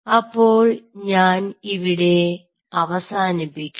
അപ്പോൾ ഞാൻ ഇവിടെ അവസാനിപ്പിക്കാം